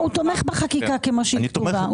הוא תומך בחקיקה כמו שהיא כתובה.